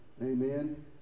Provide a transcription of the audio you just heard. Amen